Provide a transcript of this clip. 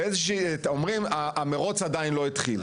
אומרים שהמרוץ עדיין לא התחיל.